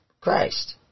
Christ